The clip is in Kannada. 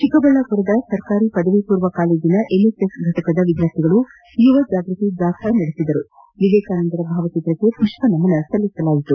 ಚಿಕ್ಕಬಳ್ಣಾಪುರನಗರದ ಸರಕಾರಿ ಪದವಿ ಪೂರ್ವ ಕಾಲೇಜಿನ ಎನ್ ಎಸ್ ಎಸ್ ಫಟಕದ ವಿದ್ಗಾರ್ಥಿಗಳು ಯುವ ಜಾಗೃತಿ ಜಾಥಾ ನಡೆಸಿದರು ವಿವೇಕಾನಂದರ ಭಾವಚಿತ್ರಕ್ಕೆ ಪುಷ್ಪ ನಮನ ಸಲ್ಲಿಸಲಾಯಿತು